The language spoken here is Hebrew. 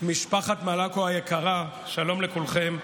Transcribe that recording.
משפחת מלקו היקרה, שלום לכולכם.